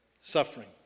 suffering